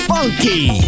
Funky